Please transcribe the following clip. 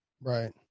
Right